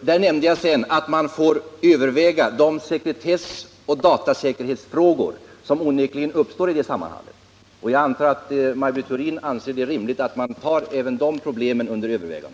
Där nämnde jag sedan att man får överväga de sekretessoch datasäkerhetsfrågor som onekligen uppstår i det sammanhanget. Jag antar att Maj Britt Theorin anser det rimligt att man tar även de problemen under övervägande.